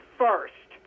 first